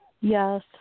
Yes